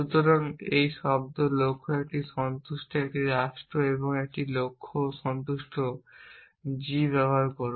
সুতরাং একটি শব্দ লক্ষ্য একটি সন্তুষ্ট একটি রাষ্ট্র একটি লক্ষ্য সন্তুষ্ট G ব্যবহার করুন